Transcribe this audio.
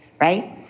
right